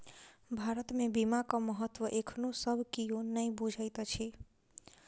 भारत मे बीमाक महत्व एखनो सब कियो नै बुझैत अछि